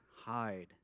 hide